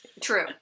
True